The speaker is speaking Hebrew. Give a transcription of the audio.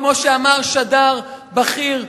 כמו שאמר שדר בכיר,